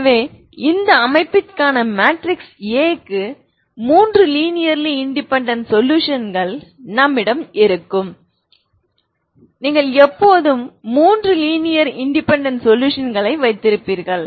எனவே இந்த அமைப்பிற்கான மேட்ரிக்ஸ் A க்கு மூன்று லீனியர்ர்லி இன்டெபேன்டென்ட் சொலுஷன்கள் என்னிடம் இருக்கும் வெக்டர்க்கு நீங்கள் எப்போதும் மூன்று லீனியர் இன்டெபேன்டென்ட் சொலுஷன்களை வைத்திருப்பீர்கள்